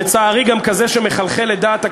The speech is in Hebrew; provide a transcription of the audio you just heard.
לצערי גם כזה שמחלחל לדעת הקהל,